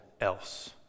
else